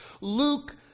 Luke